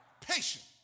patient